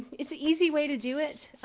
it's a easy way to do it.